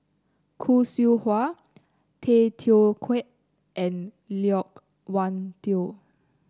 Khoo Seow Hwa Tay Teow Kiat and Loke Wan Tho